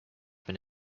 been